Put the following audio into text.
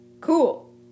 cool